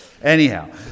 Anyhow